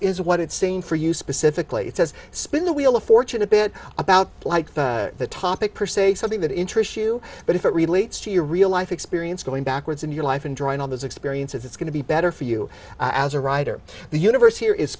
is what it seemed for you specifically it says spin the wheel of fortune a bit about like the topic per se something that interests you but if it relates to your real life experience going backwards in your life and drawing all those experiences it's going to be better for you as a writer the universe here is